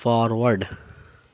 forward